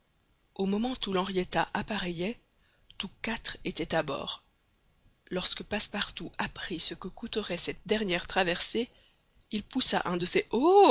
au moment où l'henrietta appareillait tous quatre étaient à bord lorsque passepartout apprit ce que coûterait cette dernière traversée il poussa un de ces oh